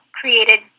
created